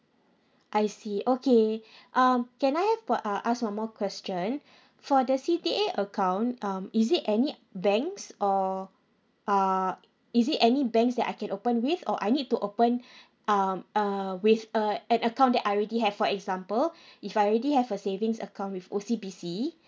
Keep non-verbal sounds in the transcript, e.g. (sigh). I see okay (breath) um can I have for uh ask one more question (breath) for the C_D_A account um is it any banks or uh is it any banks that I can open with or I need to open (breath) um uh with a an account that I already have for example (breath) if I already have a savings account with O_C_B_C